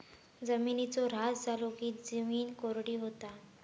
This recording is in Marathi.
जिमिनीचो ऱ्हास झालो की जिमीन कोरडी होता